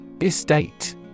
Estate